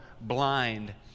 blind